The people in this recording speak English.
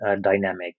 dynamic